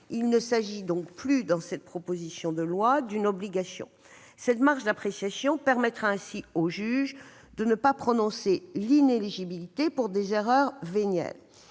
Il ne s'agit donc plus d'une obligation. Cette marge d'appréciation permettra ainsi au juge de ne pas prononcer l'inéligibilité pour des erreurs vénielles.